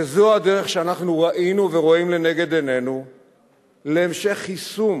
וזו הדרך שאנחנו ראינו ורואים לנגד עינינו להמשך יישום